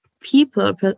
people